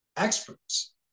experts